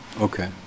Okay